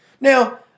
Now